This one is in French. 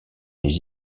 les